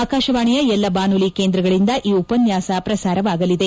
ಆಕಾಶವಾಣಿಯ ಎಲ್ಲ ಬಾನುಲಿ ಕೇಂದ್ರಗಳಿಂದ ಈ ಭಾಷಣದ ಪ್ರಸಾರವಾಗಲಿದೆ